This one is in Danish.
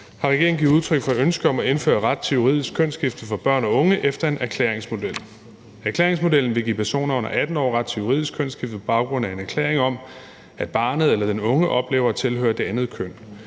har regeringen givet udtryk for et ønske om at indføre en ret til juridisk kønsskifte for børn og unge efter en erklæringsmodel. Erklæringsmodellen vil give personer under 18 år ret til juridisk kønsskifte på baggrund af en erklæring om, at barnet eller den unge oplever at tilhøre det andet køn.